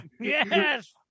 yes